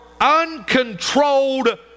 uncontrolled